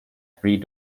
three